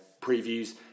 previews